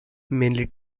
mainly